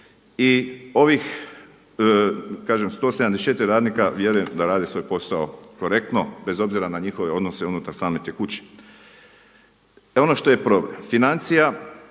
ovih 174 radnika vjerujem da rade svoj posao korektno, bez obzira na njihove odnose unutar same te kuće. Ono što je problem, financija,